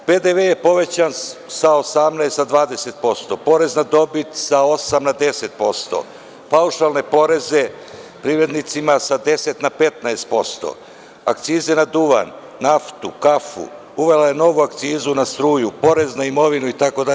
Porez na dodatnu vrednost je povećan sa 18 na 20%, porez na dobit sa 8 na 10%, paušalne poreze privrednicima sa 10 na 15%, akcize na duvan, naftu, kafu, uvela je novu akcizu na struju, porez na imovinu itd.